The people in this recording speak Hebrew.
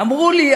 אמרו לי,